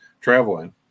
traveling